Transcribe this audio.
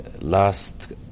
last